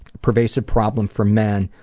pervasive problem for men,